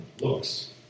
looks